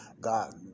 God